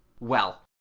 well,